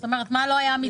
כלומר מה לא היה מיצוי.